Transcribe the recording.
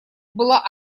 была